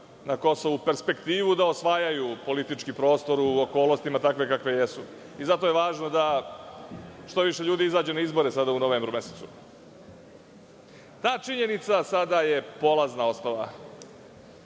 na Kosovu perspektivu da osvajaju politički prostor u okolnostima takve kakve jesu i zato je važno da što više ljudi izađu na izbore sada u novembru mesecu. Ta činjenica sada je polazna osnova